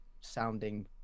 sounding